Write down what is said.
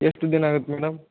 ಎಷ್ಟು ದಿನ ಆಗತ್ತೆ ಮೇಡಮ್